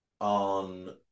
on